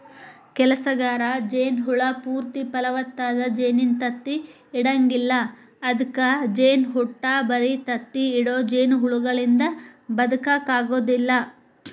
ಕೆಲಸಗಾರ ಜೇನ ಹುಳ ಪೂರ್ತಿ ಫಲವತ್ತಾದ ಜೇನಿನ ತತ್ತಿ ಇಡಂಗಿಲ್ಲ ಅದ್ಕ ಜೇನಹುಟ್ಟ ಬರಿ ತತ್ತಿ ಇಡೋ ಜೇನಹುಳದಿಂದ ಬದಕಾಕ ಆಗೋದಿಲ್ಲ